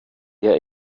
der